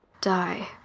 die